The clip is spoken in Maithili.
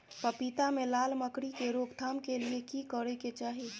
पपीता मे लाल मकरी के रोक थाम के लिये की करै के चाही?